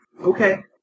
okay